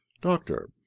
Doctor